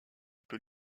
peut